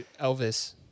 Elvis